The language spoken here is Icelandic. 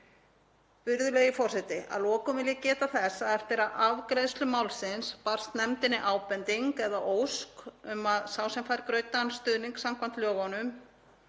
Virðulegi forseti. Að lokum vil ég geta þess að eftir afgreiðslu málsins barst nefndinni ábending eða ósk um að sá sem fær greiddan stuðning samkvæmt lögunum